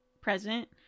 present